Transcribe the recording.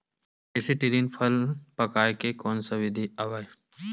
Acetylene फल पकाय के कोन सा विधि आवे?